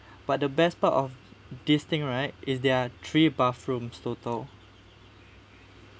but the best part of this thing right is there are three bathrooms total